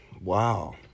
Wow